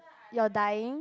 your dyeing